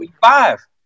five